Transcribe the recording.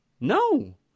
No